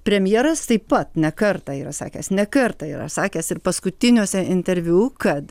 premjeras taip pat ne kartą yra sakęs ne kartą yra sakęs ir paskutiniuose interviu kad